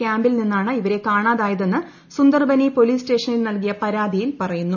ക്യാമ്പിൽ നിന്നാണ് ഇവരെ കാണാതായതെന്ന് സുന്ദർബനി പോലിസ് സ്റ്റേഷനിൽ നൽകിയ പരാതിയിൽ പറയുന്നു